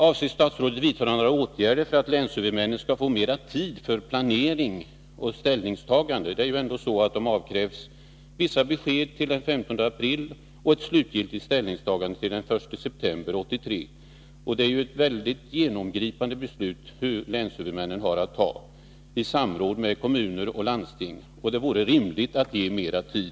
Avser statsrådet att vidta några åtgärder för att länshuvudmännen skall få mera tid för planering och ställningstagande? Länshuvudmännen avkrävs vissa besked redan till den 15 april och ett slutligt ställningstagande till den 1 september 1983. Det beslut de har att fatta i samråd med kommuner och landsting är mycket genomgripande, och det vore därför rimligt att ge dem mera tid.